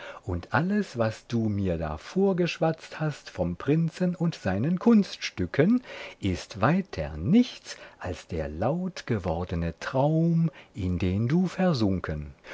und alles was du mir da vorgeschwatzt hast vom prinzen und seinen kunststücken ist weiter nichts als der lautgewordene traum in den du versunken